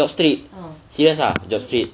job street serious ah job street